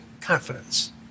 confidence